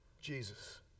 Jesus